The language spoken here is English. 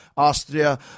Austria